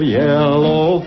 yellow